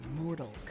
mortal